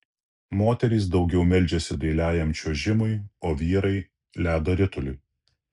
moterys daugiau meldžiasi dailiajam čiuožimui o vyrai ledo rituliui